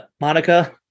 Monica